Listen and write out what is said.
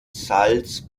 salz